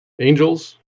angels